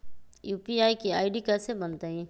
UPI के ID कैसे बनतई?